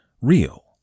real